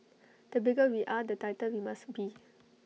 the bigger we are the tighter we must be